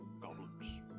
goblins